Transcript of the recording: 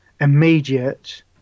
immediate